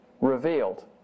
Revealed